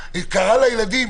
קרא לילדים.